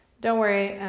don't worry,